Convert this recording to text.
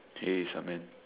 hey what's up man